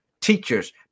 teachers